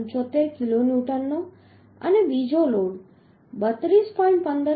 75 કિલોન્યૂટનનો અને બીજો લોડ 32